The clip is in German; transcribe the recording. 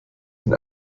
den